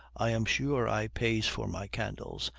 i am sure i pays for my candles,